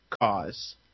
cause